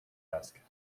ask